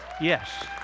Yes